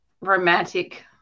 romantic